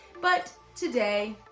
but today,